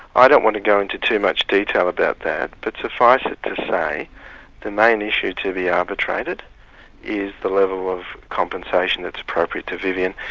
i don't want to go into too much detail about that, but suffice it to say the main issue to be arbitrated is the level of compensation that's appropriate to vivian,